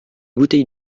bouteille